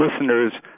listeners